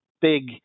big